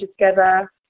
together